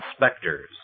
inspectors